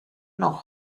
noch